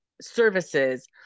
services